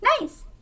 nice